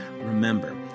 Remember